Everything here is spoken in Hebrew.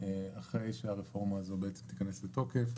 אחרי שהרפורמה הזו תיכנס לתוקף.